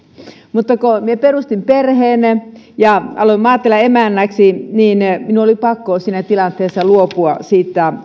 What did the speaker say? mutta kun minä perustin perheen ja aloin maatilan emännäksi niin minun oli pakko siinä tilanteessa luopua siitä